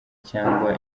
cyangwa